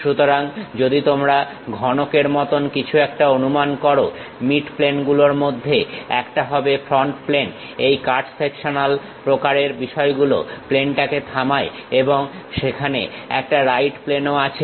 সুতরাং যদি তোমরা ঘনকের মতো কিছু একটা অনুমান করো মিডপ্লেন গুলোর মধ্যে একটা হবে ফ্রন্ট প্লেন এই কাট সেকশনাল প্রকারের বিষয়গুলো প্লেন টাকে থামায় এবং সেখানে একটা রাইট প্লেনও আছে